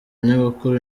nyogokuru